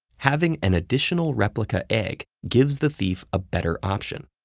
having an additional replica egg gives the thief a better option.